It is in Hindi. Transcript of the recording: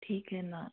ठीक है ना